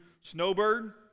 Snowbird